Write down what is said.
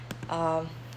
um